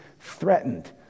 threatened